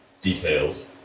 details